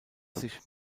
sich